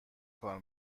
کار